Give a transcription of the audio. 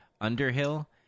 Underhill